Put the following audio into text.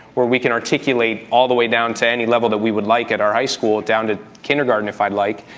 where we can articulate all the way down to any level that we would like at our high school, down to kindergarten if i'd like,